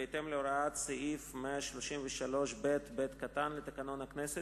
בהתאם להוראות סעיף 133ב(ב) לתקנון הכנסת,